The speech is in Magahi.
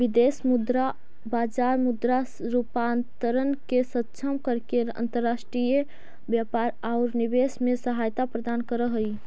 विदेश मुद्रा बाजार मुद्रा रूपांतरण के सक्षम करके अंतर्राष्ट्रीय व्यापार औउर निवेश में सहायता प्रदान करऽ हई